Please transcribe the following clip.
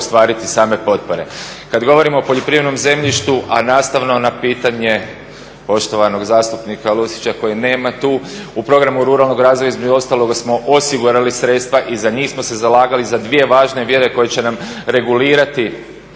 u Programu ruralnog razvoja između ostaloga smo osigurali sredstva i za njih smo se zalagali za dvije važne vjere koje će nam regulirati